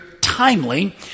timely